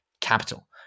capital